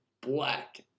black